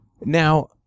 Now